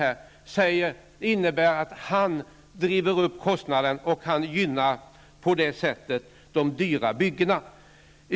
Men det innebär att han driver upp kostnaden, och han gynnar på det sättet de dyra byggena.